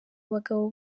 abagabo